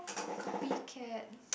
copy cat